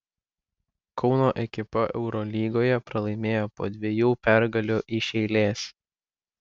kauno ekipa eurolygoje pralaimėjo po dviejų pergalių iš eilės